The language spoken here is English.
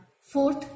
Fourth